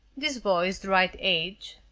this boy is the right age.